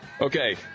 Okay